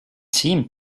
seemed